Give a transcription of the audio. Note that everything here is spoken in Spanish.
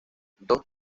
dos